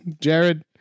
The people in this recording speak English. Jared